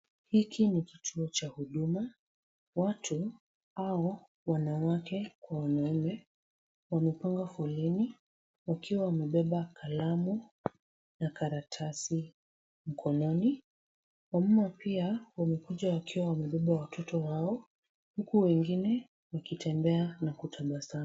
Hiki ni kituo cha huduma. Watu hao, wanawake kwa wanaume wamepanga foleni wakiwa wamebeba kalamu na karatasi mkononi. Wamama pia wamekuja wakiwa wamebeba watoto wao, huku wengine wakitembea na kutabasamu.